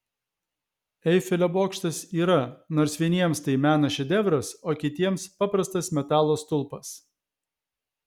eifelio bokštas yra nors vieniems tai meno šedevras o kitiems paprastas metalo stulpas